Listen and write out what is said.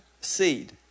seed